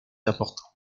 important